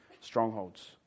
strongholds